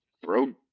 throw